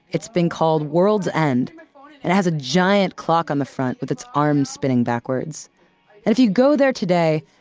it's been called world's end and it has a giant clock on the front, with its arms spinning backward. and if you go there today,